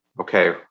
okay